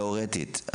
תיאורטית,